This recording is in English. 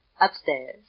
Upstairs